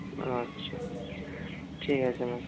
আচ্ছা ঠিক আছে ম্যাম